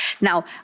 Now